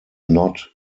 not